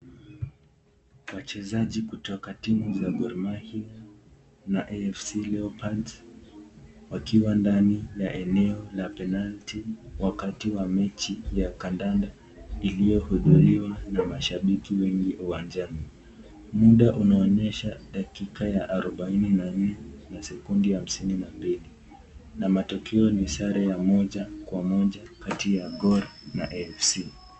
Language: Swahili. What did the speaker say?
Wachezaji kutoka timu za Gor Mahia na AFC Leopard wakiwa ndani ya eneo la penalty wakati wa mechi ya kandanda iliyohudhuriwa na mashabiki wengi uwanjani. Mda unaonyesha dakika ya arubaini na nne na sekunde hamsini na mbili na matokeo ni sare ya moja kwa moja kati ya Gor na AFC.